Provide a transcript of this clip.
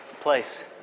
place